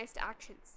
actions